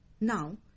now